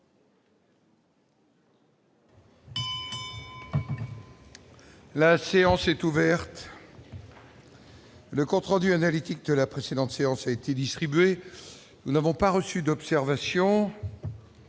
La séance est ouvert. Le compte rendu analytique de la précédente séance a été distribué, nous n'avons pas reçu d'observation.